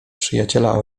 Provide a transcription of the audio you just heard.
przyjaciela